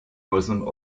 muslim